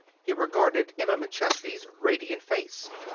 he regarded emma mcchesney's radiant face.